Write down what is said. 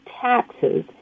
taxes